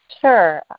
Sure